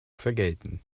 vergelten